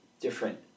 different